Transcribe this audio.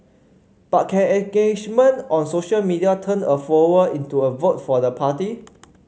but can engagement on social media turn a follower into a vote for the party